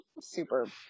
super